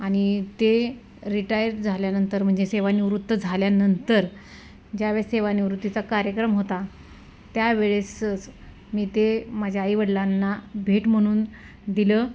आणि ते रिटायर झाल्यानंतर म्हणजे सेवानिवृत्त झाल्यानंतर ज्यावेळेस सेवानिवृत्तीचा कार्यक्रम होता त्यावेळेसच मी ते माझ्या आईवडिलांना भेट म्हणून दिलं